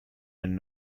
and